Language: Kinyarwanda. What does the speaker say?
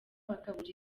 bakabura